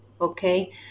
okay